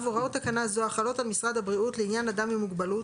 הוראות תקנה זו החלות על משרד הבריאות לעניין אדם עם מוגבלות,